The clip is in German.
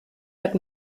hat